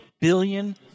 billion